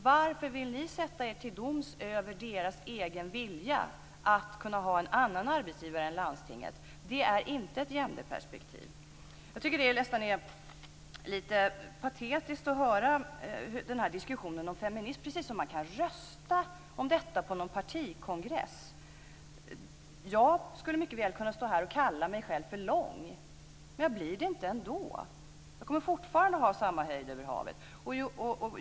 Varför vill ni sätta er till doms över deras egen vilja att ha en annan arbetsgivare än landstinget? Det är inte ett genderperspektiv. Jag tycker att det nästan är lite patetiskt att höra den här diskussionen om feminism. Det verkar precis som om man kan rösta om detta på en partikongress. Jag skulle mycket väl kunna stå här och kalla mig själv för lång, men jag blir det ändå inte. Jag kommer fortfarande att ha samma höjd över havet.